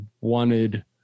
wanted